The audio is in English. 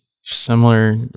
similar